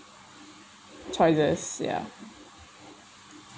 choices ya